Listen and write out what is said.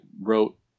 wrote